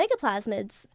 megaplasmids